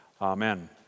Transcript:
Amen